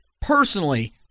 personally